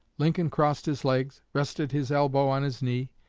lincoln crossed his legs, rested his elbow on his knee,